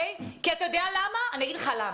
אתה יודע למה?